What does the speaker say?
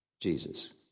Jesus